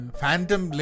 Phantom